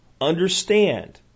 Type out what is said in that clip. understand